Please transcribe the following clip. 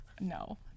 No